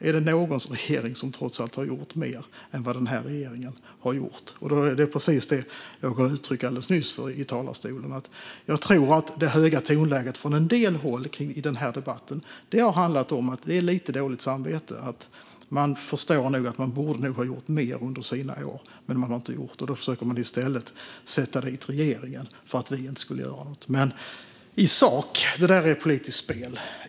Är det någon regering som har gjort mer än vad den här regeringen har gjort? Som jag nyss gav uttryck för i talarstolen tror jag att det höga tonläget från en del håll i den här debatten handlar om lite dåligt samvete. Man förstår nog att man borde ha gjort mer under sina år, och då försöker man i stället sätta dit regeringen för att vi inte skulle göra något. Men det där är politiskt spel.